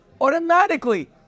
Automatically